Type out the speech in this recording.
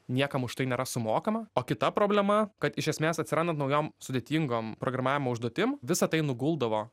niekam už tai nėra sumokama o kita problema kad iš esmės atsirandant naujom sudėtingom programavimo užduotim visa tai nuguldavo